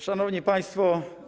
Szanowni Państwo!